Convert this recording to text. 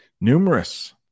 Numerous